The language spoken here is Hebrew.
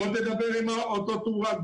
בוא דבר עם אותו תאורן,